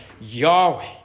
Yahweh